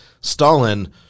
Stalin